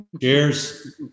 Cheers